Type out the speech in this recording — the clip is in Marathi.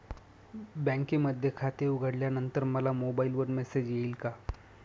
बँकेमध्ये खाते उघडल्यानंतर मला मोबाईलवर मेसेज येईल का?